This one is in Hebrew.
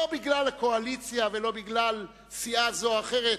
לא בגלל הקואליציה ולא בגלל סיעה זו או אחרת,